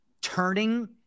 turning